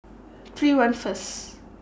three one First